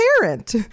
parent